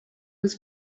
was